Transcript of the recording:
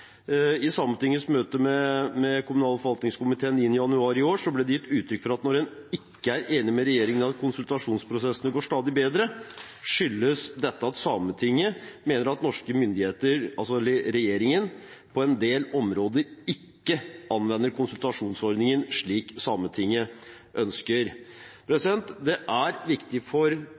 I Sametingets møte med kommunal- og forvaltningskomiteen 9. januar i år ble det gitt uttrykk for at når en ikke er enig med regjeringen i at konsultasjonsprosessene går stadig bedre, skyldes dette at Sametinget mener at norske myndigheter – altså regjeringen – på en del områder ikke anvender konsultasjonsordningen slik Sametinget ønsker. Det er viktig for